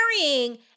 carrying